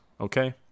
Okay